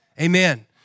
Amen